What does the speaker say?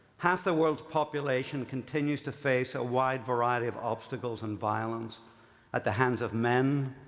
half the world's population continues to face a wide variety of obstacles and violence at the hands of men,